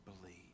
believe